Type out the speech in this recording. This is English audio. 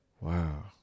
wow